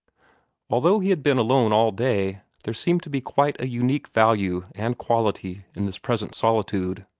although he had been alone all day, there seemed to be quite a unique value and quality in this present solitude.